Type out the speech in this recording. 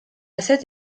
cette